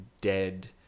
dead